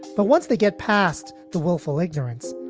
but once they get past the willful ignorance,